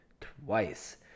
twice